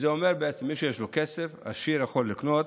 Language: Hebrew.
זה אומר, בעצם, שמי שיש לו כסף, עשיר, יכול לקנות,